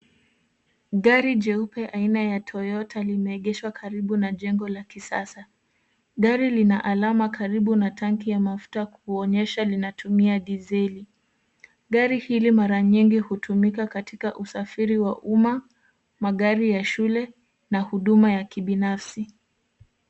Gari jeupe aina ya toyota limeegeshwa karibu na jengo la kisasa. Gari lina alama karibu na tanki la mafuta kuonyesha linatumia diseli. Gari hili mara nyingi hutumika katika usafiri wa umma, magari ya shule na huduma ya kibinafsi.